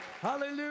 Hallelujah